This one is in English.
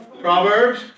Proverbs